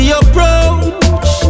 approach